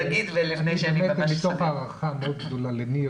אני הגעתי מתוך הערכה מאוד גדולה לניר